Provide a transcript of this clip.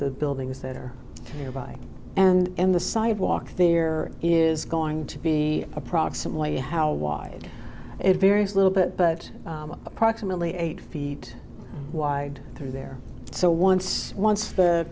the buildings that are nearby and the sidewalk there is going to be approximately how wide it varies a little bit but approximately eight feet wide through there so once once the